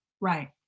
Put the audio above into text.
Right